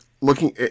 looking